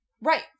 right